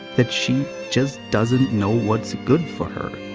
that she. just doesn't know what's good for her.